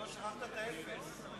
שכחת את האפס.